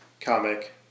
comic